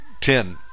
ten